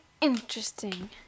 interesting